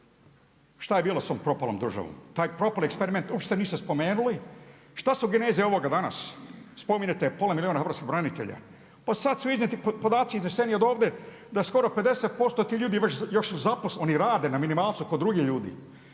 Šta je bilo sa tom propalom državom? Taj propali eksperiment uopće niste spomenuli, šta se geneze ovoga danas? Spominjete pola milijuna hrvatskih branitelja, pa sad su izneseni podaci od ovdje da skoro 50% tih ljudi još zaposlenih rade na minimalcu kod drugih ljudi.